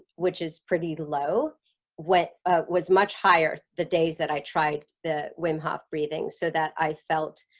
which is pretty low what was much higher the days that i tried the wim hof breathing so that i felt